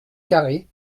carré